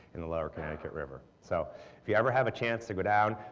in the lower connecticut river. so if you ever have a chance to go down,